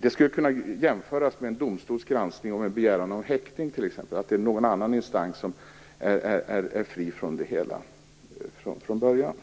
Det skulle kunna jämföras med en domstols granskning om en begäran om häktning t.ex., där en instans som är fri från det hela kommer in från början.